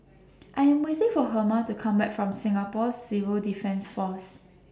I Am waiting For Herma to Come Back from Singapore Civil Defence Force